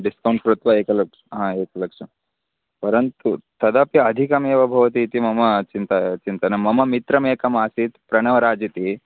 discount कृत्वा एकलक्षं एकलक्षं परन्तु तदपि अधिकमेव भवति इति मम चिन्ता चिन्तनं मम मित्रमेकमासीत् प्रणवराज् इति